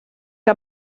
que